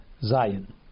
Zion